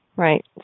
Right